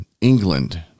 England